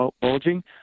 bulging